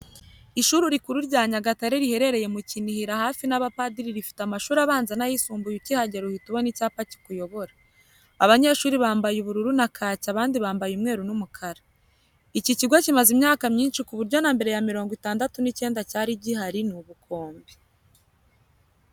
Ishuri rikuru rya Nyagatare riherereye mukinihira hafi n'abapadiri rifite amahuri abanza n'ayisumbuye ukihagera uhita ubona icyapa kikuyobora. Abanyeshuri bambaye ubururu na kaki abandi bambaye umweru n'umukara. iki kigo kimaze imyaka myinshi kuburyo nambere ya mirongo itandatu nicyenda cyari gihari nubukombe.